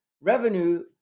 revenue